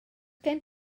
gen